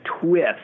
twist